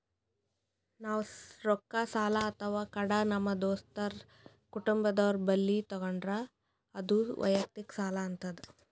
ನಾವ್ ರೊಕ್ಕ ಸಾಲ ಅಥವಾ ಕಡ ನಮ್ ದೋಸ್ತರು ಕುಟುಂಬದವ್ರು ಬಲ್ಲಿ ತಗೊಂಡ್ರ ಅದು ವಯಕ್ತಿಕ್ ಸಾಲ ಆತದ್